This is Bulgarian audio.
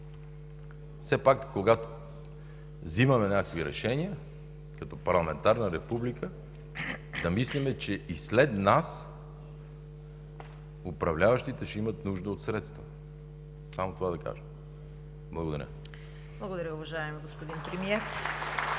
Все пак, когато вземаме някакви решения като парламентарна република, да мислим, че и след нас управляващите ще имат нужда от средства. Само това да кажа. Благодаря. (Ръкопляскания от ГЕРБ.)